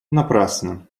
напрасно